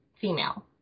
female